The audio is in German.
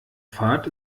fahrt